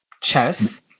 chess